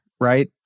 right